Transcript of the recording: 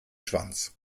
schwanz